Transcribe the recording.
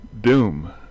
doom